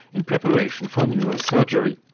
in preparation for neurosurgery.